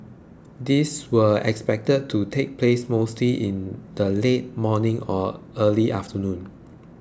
these were expected to take place mostly in the late morning and early afternoon